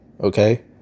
Okay